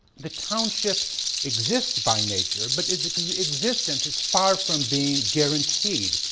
the township exists by nature but its existence is far from being guaranteed.